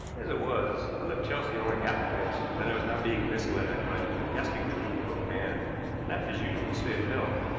as it was, i left chelsea only half convinced that i was not being misled by the fantastic dream of a man not in his usual state of health.